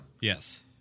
Yes